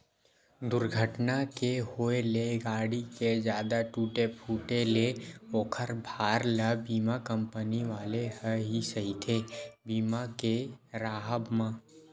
दूरघटना के होय ले गाड़ी के जादा टूटे फूटे ले ओखर भार ल बीमा कंपनी वाले ह ही सहिथे बीमा के राहब म